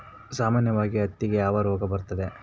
ಸಾಮಾನ್ಯವಾಗಿ ಹತ್ತಿಗೆ ಯಾವ ರೋಗ ಬರುತ್ತದೆ?